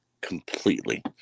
completely